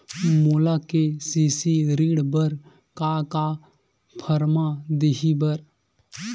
मोला के.सी.सी ऋण बर का का फारम दही बर?